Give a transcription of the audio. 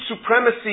supremacy